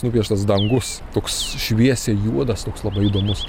nupieštas dangus toks šviesiai juodas toks labai įdomus